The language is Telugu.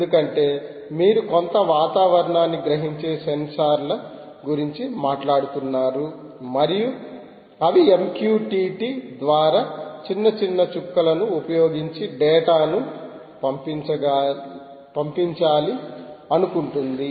ఎందుకంటే మీరు కొంత వాతావరణాన్ని గ్రహించే సెన్సార్ల గురించి మాట్లాడుతున్నారు మరియు అవి MQTT ద్వారా చిన్న చిన్న చుక్కలను ఉపయోగించి డేటా ను పంపించాలి అనుకుంటుంది